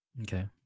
Okay